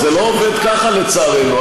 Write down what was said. זה לא עובד ככה, לצערנו.